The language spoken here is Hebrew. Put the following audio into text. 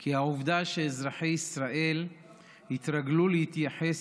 כי העובדה שאזרחי ישראל התרגלו להתייחס